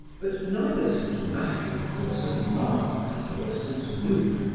but neither saint matthew, nor saint mark, nor saint luke,